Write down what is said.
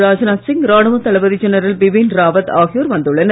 ராஜ்நாத் சிங் ராணுவ தளபதி ஜெனரல் பிபின் ராவத் ஆகியோர் வந்துள்ளனர்